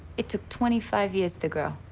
it took twenty five years to grow,